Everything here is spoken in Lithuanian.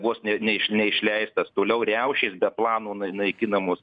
vos ne neiš neišleistas toliau riaušės be plano naikinamos